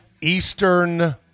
eastern